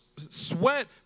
Sweat